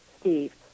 Steve